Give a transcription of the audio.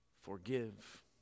forgive